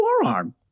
forearm